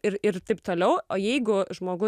ir ir taip toliau o jeigu žmogus